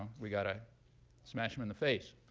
we got to smash them in the face.